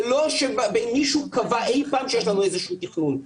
זה לא שמישהו קבע אי פעם שיש לנו איזשהו תכנון,